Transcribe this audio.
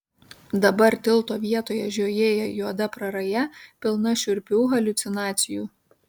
dabar tilto vietoje žiojėja juoda praraja pilna šiurpių haliucinacijų